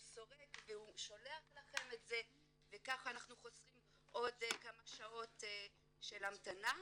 הוא סורק ושולח לכם את זה וכך אנחנו חוסכים עוד כמה שעות של המתנה.